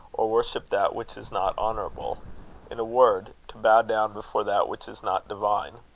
or worship that which is not honourable in a word, to bow down before that which is not divine.